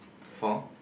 for